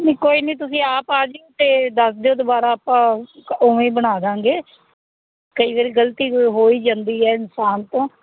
ਨਹੀਂ ਕੋਈ ਨਹੀਂ ਤੁਸੀਂ ਆਪ ਆ ਜਿਓ ਅਤੇ ਦੱਸ ਦਿਓ ਦੁਬਾਰਾ ਆਪਾਂ ਉਵੇਂ ਹੀ ਬਣਾ ਦਾਂਗੇ ਕਈ ਵਾਰੀ ਗਲਤੀ ਹੋ ਹੀ ਜਾਂਦੀ ਹੈ ਇਨਸਾਨ ਤੋਂ